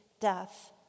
death